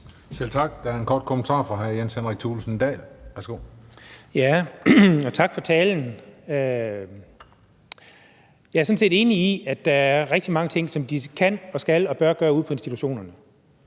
Selv tak. Der er en kort bemærkning fra hr. Jens Henrik Thulesen Dahl. Værsgo. Kl. 12:07 Jens Henrik Thulesen Dahl (DF): Tak for talen. Jeg er sådan set enig i, at der er rigtig mange ting, som de kan, skal og bør gøre ude på institutionerne,